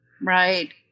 Right